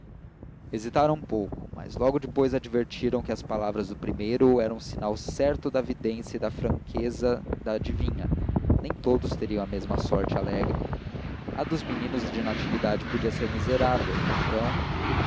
hesitaram um pouco mas logo depois advertiram que as palavras do primeiro eram sinal certo da vidência e da franqueza da adivinha nem todos teriam a mesma sorte alegre a dos meninos de natividade podia ser miserável e então